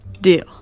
Deal